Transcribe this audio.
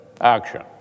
action